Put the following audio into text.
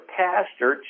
pastor